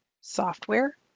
software